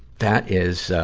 that is, ah,